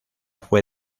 fue